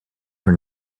for